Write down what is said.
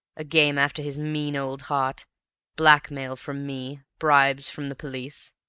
a game after his mean old heart blackmail from me, bribes from the police,